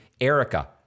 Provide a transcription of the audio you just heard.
Erica